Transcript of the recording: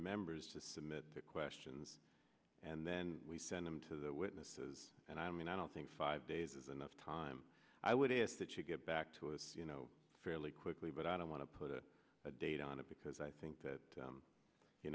members to submit questions and then we send them to the witnesses and i mean i don't think five days is enough time i would ask that you get back to us you know fairly quickly but i don't want to put a date on it because i think that